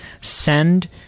send